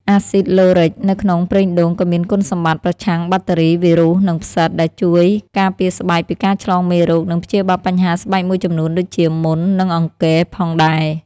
អាស៊ីតឡូរិក នៅក្នុងប្រេងដូងក៏មានគុណសម្បត្តិ ប្រឆាំងបាក់តេរី វីរុស និងផ្សិត ដែលជួយការពារស្បែកពីការឆ្លងមេរោគ និងព្យាបាលបញ្ហាស្បែកមួយចំនួនដូចជា មុន និងអង្គែ ផងដែរ។